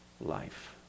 life